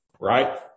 right